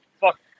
fuck